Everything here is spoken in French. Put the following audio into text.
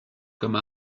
comme